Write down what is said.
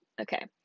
Okay